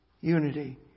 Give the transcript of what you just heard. unity